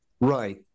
right